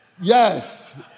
Yes